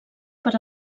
per